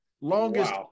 Longest –